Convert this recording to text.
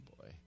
boy